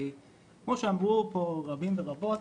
כמו שאמרו פה רבים ורבות,